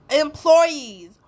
employees